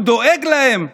הוא דואג להם.